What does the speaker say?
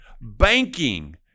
banking